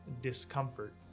discomfort